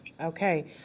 Okay